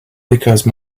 because